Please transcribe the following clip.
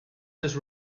has